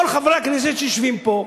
כל חברי הכנסת שיושבים פה,